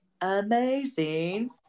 amazing